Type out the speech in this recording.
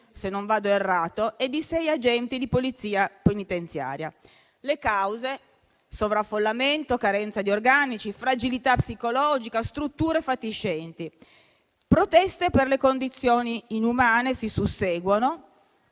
se non vado errando, e di sei agenti di Polizia penitenziaria. Le cause: sovraffollamento, carenza di organici, fragilità psicologica, strutture fatiscenti. Proteste per le condizioni inumane si susseguono.